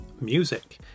music